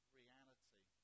reality